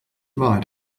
wahrheit